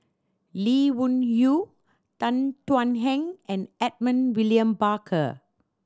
Lee Wung Yew Tan Thuan Heng and Edmund William Barker